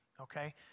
okay